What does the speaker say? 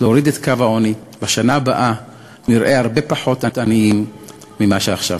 להוריד את קו העוני ובשנה הבאה נראה הרבה פחות עניים מאשר עכשיו.